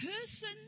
person